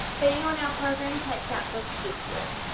being on our program takes out this guesswork.